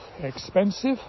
expensive